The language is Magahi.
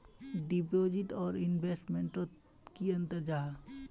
डिपोजिट आर इन्वेस्टमेंट तोत की अंतर जाहा?